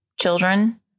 children